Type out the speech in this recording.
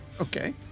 Okay